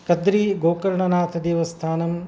कद्रीगोकर्णनाथदेवस्थानं